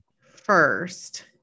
first